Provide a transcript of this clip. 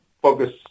focus